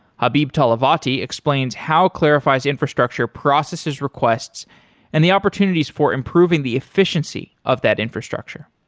habib talavatifard explains how clarifie's infrastructure processes requests and the opportunities for improving the efficiency of that infrastructure.